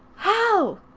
how?